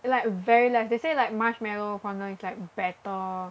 like very nice they say like marshmallow fondant is like better